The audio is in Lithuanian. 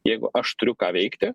jeigu aš turiu ką veikti